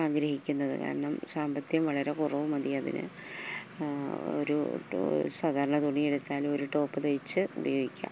ആഗ്രഹിക്കുന്നത് കാരണം സാമ്പത്തികം വളരെ കുറവ് മതി അതിന് ഒരു സാധാരണ തുണിയെടുത്താലും ഒരു ടോപ്പ് തയ്ച്ച് ഉപയോഗിക്കാം